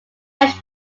fetch